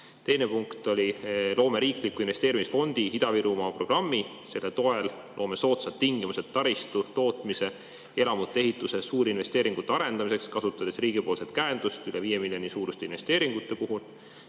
Teine punkt oli: loome riikliku investeerimisfondi Ida-Virumaa programmi, selle toel loome soodsad tingimused taristu, tootmise, elamuehituse, suurinvesteeringute arendamiseks, kasutades riigipoolset käendust üle 5 miljoni suuruste investeeringute puhul.